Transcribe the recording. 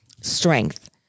strength